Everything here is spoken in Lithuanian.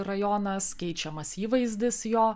rajonas keičiamas įvaizdis jo